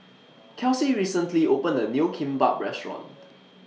Kelsea recently opened A New Kimbap Restaurant